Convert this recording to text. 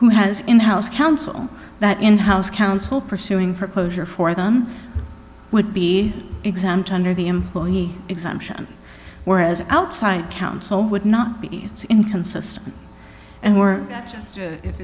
who has in house counsel that in house counsel pursuing for closure for them would be exempt under the employee exemption whereas outside counsel would not be it's inconsistent and we're just